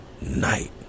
night